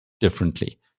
differently